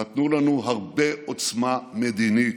נתנו לנו הרבה עוצמה מדינית.